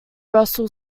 russell